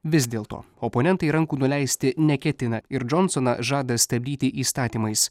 vis dėlto oponentai rankų nuleisti neketina ir džonsoną žada stabdyti įstatymais